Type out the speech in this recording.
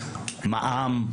מע"מ,